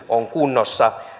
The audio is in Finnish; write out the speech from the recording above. on kunnossa